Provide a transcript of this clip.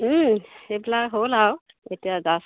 সেইবিলাক হ'ল আৰু এতিয়া জাষ্ট